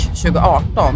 2018